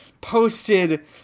posted